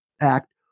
Act